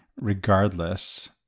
regardless